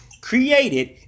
created